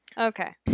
Okay